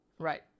Right